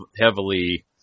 heavily